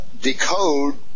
decode